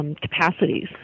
capacities